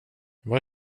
var